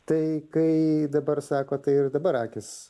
tai kai dabar sakot tai ir dabar akys